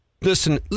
listen